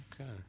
Okay